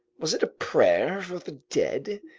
was it a prayer for the dead,